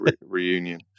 reunion